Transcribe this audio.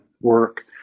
work